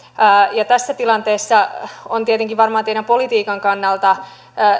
tässä tilanteessa on tietenkin varmaan teidän politiikkanne kannalta